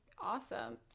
awesome